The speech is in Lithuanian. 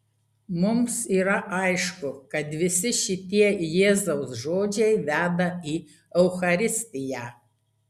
mums yra aišku kad visi šitie jėzaus žodžiai veda į eucharistiją